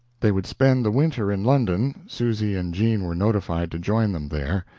they would spend the winter in london susy and jean were notified to join them there.